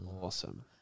Awesome